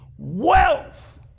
wealth